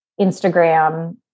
Instagram